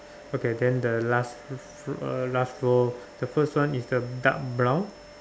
okay then the last f~ f~ uh last floor the first one is the dark brown